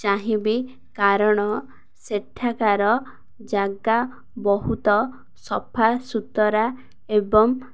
ଚାହିଁବି କାରଣ ସେଠାକାର ଜାଗା ବହୁତ ସଫାସୁତରା ଏବଂ